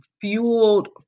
fueled